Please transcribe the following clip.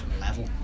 level